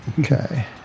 Okay